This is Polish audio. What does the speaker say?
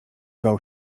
bał